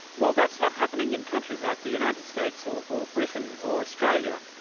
well that's not happening in countries like the united states or or britain or australia,